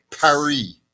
Paris